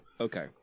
Okay